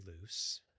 loose